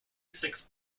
six